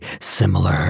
similar